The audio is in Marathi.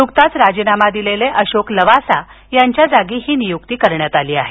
नुकताच राजीनामा दिलेले अशोक लवासा यांच्या जागी ही नियुक्ती झाली आहे